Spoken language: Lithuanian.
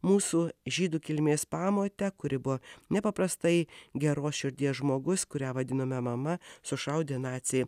mūsų žydų kilmės pamotę kuri buvo nepaprastai geros širdies žmogus kurią vadinome mama sušaudė naciai